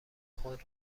خود